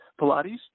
Pilates